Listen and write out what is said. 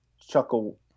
chuckle